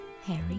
Harry